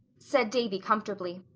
said davy comfortably.